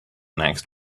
next